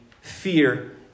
fear